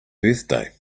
birthday